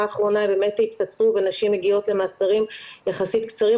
האחרונה התקצרו ונשים מגיעות למאסרים יחסית קצרים,